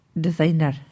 designer